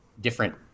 different